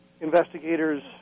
investigators